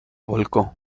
volcó